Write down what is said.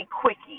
quickie